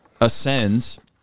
ascends